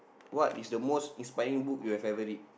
what is the most inspiring book you have ever read